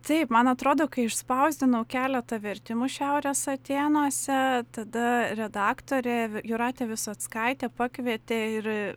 taip man atrodo kai išspausdinau keletą vertimų šiaurės atėnuose tada redaktorė jūratė visockaitė pakvietė ir